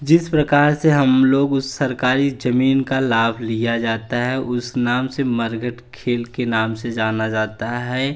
जिस प्रकार से हम लोग उस सरकारी ज़मीन का लाभ लिया जाता है उस नाम से मरघट खेल के नाम से जाना जाता है